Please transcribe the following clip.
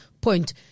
point